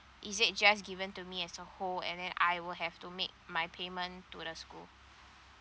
is it just given to me as a whole and then I will have to make my payment to the school